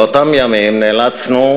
באותם ימים נאלצנו,